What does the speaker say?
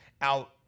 out